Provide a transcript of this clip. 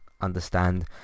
understand